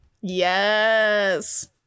Yes